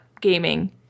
gaming